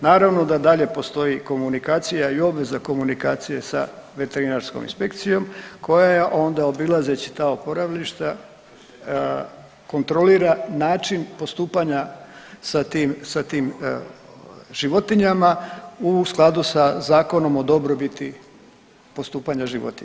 Naravno da dalje postoji komunikacija i obveza komunikacije sa veterinarskom inspekcijom koja je onda obilazeći ta oporavišta kontrolira način postupanja sa tim životinjama u skladu sa Zakonom o dobrobiti postupanja životinja.